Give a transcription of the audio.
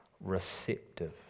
receptive